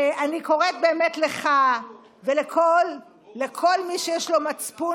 אני קוראת באמת לך ולכל מי שיש לו מצפון